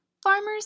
Farmers